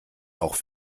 auch